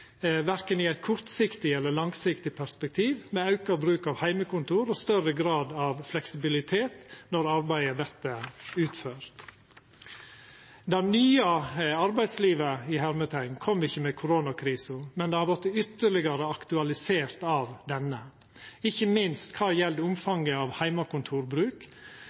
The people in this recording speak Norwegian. verken i eit kortsiktig eller langsiktig perspektiv, med auka bruk av heimekontor og større grad av fleksibilitet når arbeidet vert utført. «Det nye arbeidslivet» kom ikkje med koronakrisa, men det har vorte ytterlegare aktualisert av denne, ikkje minst når det gjeld omfanget av